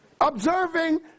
Observing